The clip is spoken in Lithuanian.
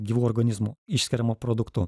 gyvų organizmų išskiriamu produktu